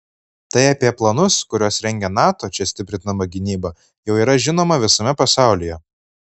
tai apie planus kuriuos rengia nato čia stiprindama gynybą jau yra žinoma visame pasaulyje